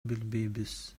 билбейбиз